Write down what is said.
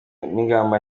n’ingamba